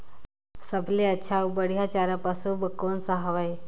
सबले अच्छा अउ बढ़िया चारा पशु बर कोन सा हवय?